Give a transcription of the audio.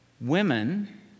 women